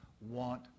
want